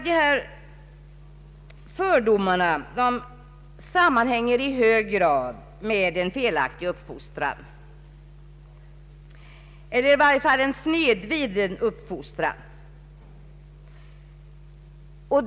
Dessa fördomar sammanhänger i hög grad med en felaktig eller i varje fall snedvriden uppfostran.